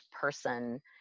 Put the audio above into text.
person